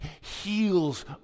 heals